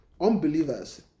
unbelievers